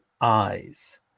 eyes